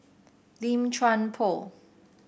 Lim Chuan Poh